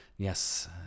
Yes